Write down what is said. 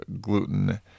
gluten